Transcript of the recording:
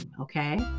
okay